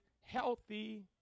healthy